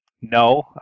No